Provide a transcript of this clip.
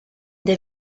der